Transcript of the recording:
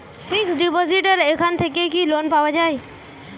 Fix ডিপোজিটের এখান থেকে কি লোন পাওয়া যায়?